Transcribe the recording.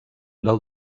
del